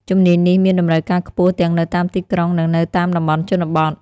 ជំនាញនេះមានតម្រូវការខ្ពស់ទាំងនៅតាមទីក្រុងនិងនៅតាមតំបន់ជនបទ។